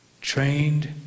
trained